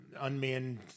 unmanned